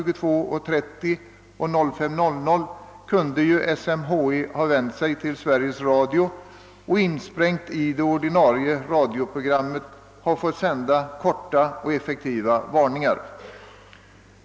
22.30 och 05.00 kunde SMHI ha vänt sig till Sveriges Radio och insprängt i det ordinarie programmet sänt korta och effektiva varningar.